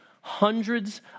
hundreds